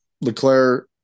Leclaire